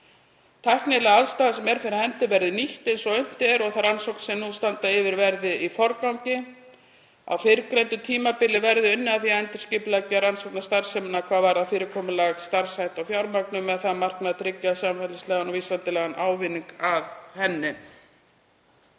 Tæknileg aðstaða sem er fyrir hendi verði nýtt eins og unnt er og þær rannsóknir sem nú standa yfir verði í forgangi. Á fyrrgreindu tímabili verði unnið að því að endurskipuleggja rannsóknastarfsemina hvað varðar fyrirkomulag, starfshætti og fjármögnun með það að markmiði að tryggja samfélagslegan og vísindalegan ávinning af henni.